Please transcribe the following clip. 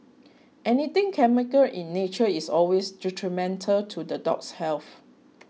anything chemical in nature is always detrimental to the dog's health